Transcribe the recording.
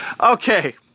Okay